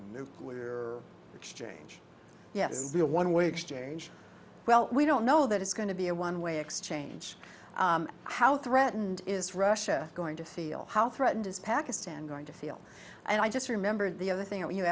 nuclear exchange deal one way exchange well we don't know that it's going to be a one way exchange how threatened is russia going to feel how threatened is pakistan going to feel and i just remembered the other thing